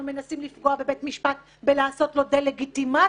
מנסים לפגוע בבית משפט ולעשות לו דה-לגיטימציה,